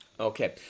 Okay